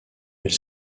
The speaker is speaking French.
elle